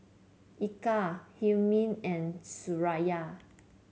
Eka Hilmi and Suraya